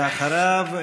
ואחריו,